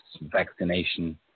vaccination